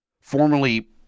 formerly